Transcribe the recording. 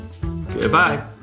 Goodbye